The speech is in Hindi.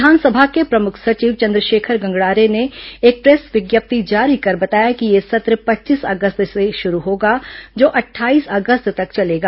विधानसभा के प्रमुख सचिव चंद्रशेखर गंगराड़े ने एक प्रेस विज्ञप्ति जारी कर बताया कि यह सत्र पच्चीस अगस्त से शुरू होगा जो अट्ठाईस अगस्त तक चलेगा